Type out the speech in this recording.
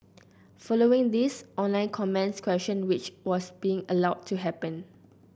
following this online comments questioned which was being allowed to happen